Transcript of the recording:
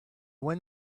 went